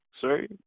Sorry